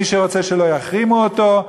מי שרוצה שלא יחרימו אותו,